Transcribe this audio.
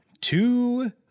two